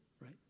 right